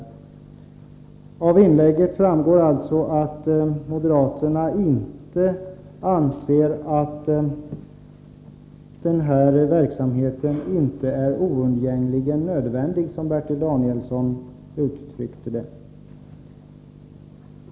Av detta inlägg framgår alltså att moderaterna inte anser att denna verksamhet är ”oundgängligen nödvändig”, som Bertil Danielsson uttryckte det.